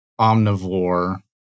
omnivore